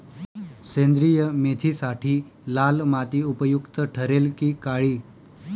सेंद्रिय मेथीसाठी लाल माती उपयुक्त ठरेल कि काळी?